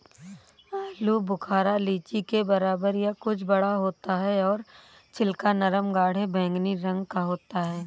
आलू बुखारा लीची के बराबर या कुछ बड़ा होता है और छिलका नरम गाढ़े बैंगनी रंग का होता है